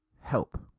help